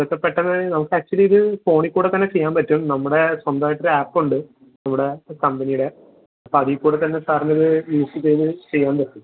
ഇതക്കെ പെട്ടന്ന് നമക്കാക്ച്വലീ ഇത് ഫോണിക്കൂടെത്തന്നെ ചെയ്യാമ്പറ്റും നമ്മുടെ സ്വന്തമായിട്ടൊരു ആപ്പൊണ്ട് ഇവിടെ കമ്പനീടെ അപ്പം അതീക്കൂടെ തന്നെ സാർനിത് യൂസ്സ് ചെയ്ത് ചെയ്യാമ്പറ്റും